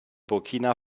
burkina